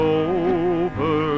over